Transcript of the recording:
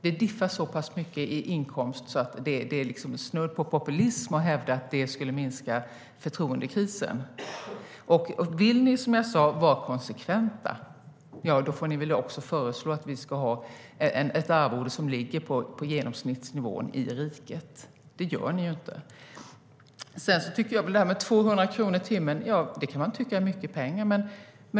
Det diffar så pass mycket i inkomst att det är snudd på populism att hävda att det skulle minska förtroendekrisen.200 kronor i timmen kan man tycka är mycket pengar.